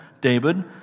David